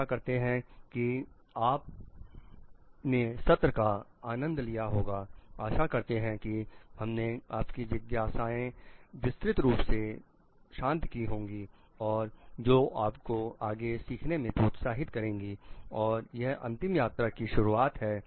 आशा करते हैं कि आप ने सत्र का आनंद लिया होगा आशा है कि हमने आपकी जिज्ञासाओं विस्तृत रूप से लिया है और जो आपको आगे सीखने में प्रोत्साहित करेगा और यह अंतिम सत्र की शुरुआत है